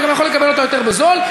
אתה יכול לקבל אותה יותר בזול.